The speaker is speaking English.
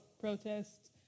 protests